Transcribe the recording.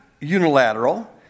unilateral